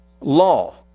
law